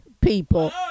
people